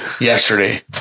yesterday